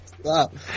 Stop